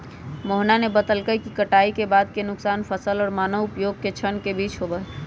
मोहनवा ने बतल कई कि कटाई के बाद के नुकसान फसल और मानव उपभोग के क्षण के बीच होबा हई